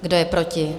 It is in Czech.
Kdo je proti?